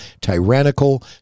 tyrannical